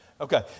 Okay